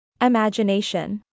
Imagination